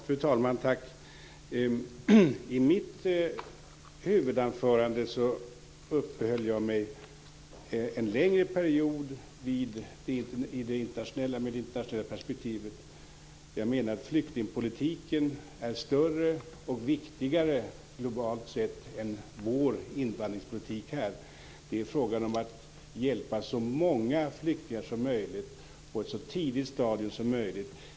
Fru talman! I mitt huvudanförande uppehöll jag mig en längre period vid det internationella perspektivet. Jag menar att flyktingpolitiken globalt sett är större och viktigare än vår invandringspolitik i Sverige. Det är fråga om att hjälpa så många flyktingar som möjligt på ett så tidigt stadium som möjligt.